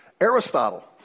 Aristotle